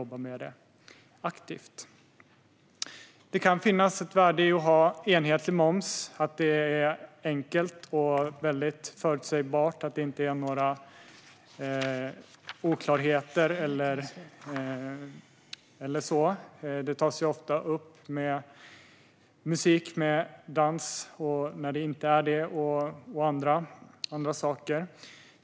Det kan finnas ett värde i att ha enhetlig moms. Det är enkelt och förutsägbart, och man slipper oklarheter. Ett exempel som ofta tas upp är musik med dans och utan dans.